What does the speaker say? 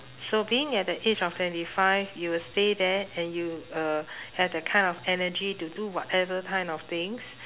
so being at the age of twenty five you will stay there and you uh have the kind of energy to do whatever kind of things